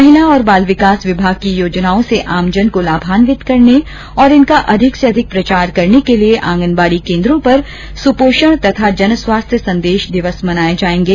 महिला और बाल विकास विमाग की योजनाओं से आमजन को लाभान्वित करने और इनका अधिक से अधिक प्रचार करने के लिए आंगनबाड़ी केन्द्रों पर सुपोषण तथा जनस्वास्थ्य संदेश दिवस भी मनाये जायेंगे